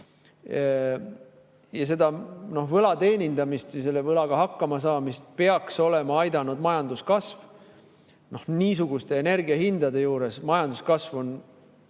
Ja selle võla teenindamist, selle võlaga hakkamasaamist peaks olema aidanud majanduskasv, aga niisuguste energiahindade juures on majanduskasv